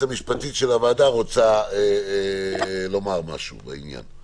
המשפטית של הוועדה רוצה לומר משהו בעניין.